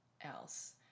else